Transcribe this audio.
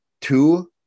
Two